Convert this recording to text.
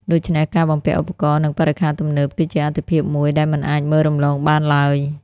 ដូច្នេះ ការបំពាក់ឧបករណ៍ និងបរិក្ខារទំនើប គឺជាអាទិភាពមួយដែលមិនអាចមើលរំលងបានឡើយ។